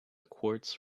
quartz